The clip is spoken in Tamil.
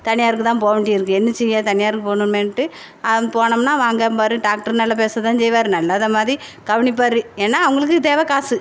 தனியாருக்கு தான் போக வேண்டி இருக்குது என்ன செய்ய தனியாருக்கு போகணுமேன்ட்டு போனோம்னா வாங்கம்பாரு டாக்ட்ரு நல்லா பேசத்தான் செய்வாரு நல்லாதா மாதிரி கவனிப்பாரு ஏன்னால் அவங்களுக்கு தேவை காசு